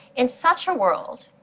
in such a world,